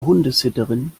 hundesitterin